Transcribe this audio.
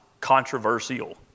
controversial